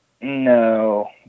No